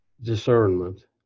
discernment